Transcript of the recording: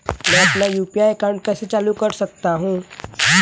मैं अपना UPI account कैसे चालू कर सकता हूँ?